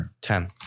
Ten